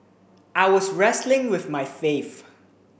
I was wrestling with my faith